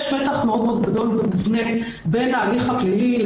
יש מתח מאוד-מאוד גדול ומובנה בין ההליך הפלילי,